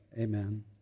Amen